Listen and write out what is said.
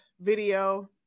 video